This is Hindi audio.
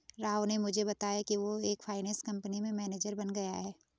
राव ने मुझे बताया कि वो एक फाइनेंस कंपनी में मैनेजर बन गया है